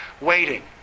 waiting